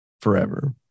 forever